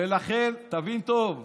ולכן, תבין טוב,